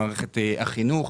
במערכת החינוך,